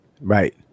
Right